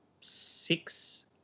six